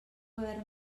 haver